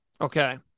Okay